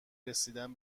رسیدن